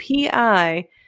PI